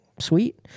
sweet